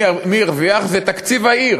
מי שהרוויח זה תקציב העיר,